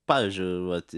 pavyzdžiui vat